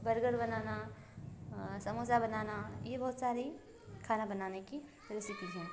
burger बनाना समोसा बनाना यह बहुत सारी खाना बनाने कि रेसेपिज हैं